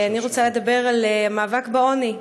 אני רוצה לדבר על המאבק בעוני,